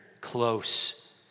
close